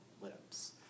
lips